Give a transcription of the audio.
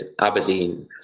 Aberdeen